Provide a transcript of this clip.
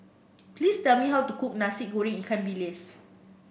please tell me how to cook Nasi Goreng Ikan Bilis